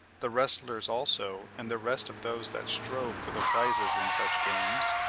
the wrestlers also, and the rest of those that strove for the prizes in such games,